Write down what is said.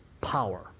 power